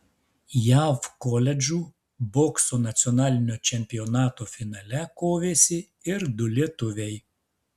jav koledžų bokso nacionalinio čempionato finale kovėsi ir du lietuviai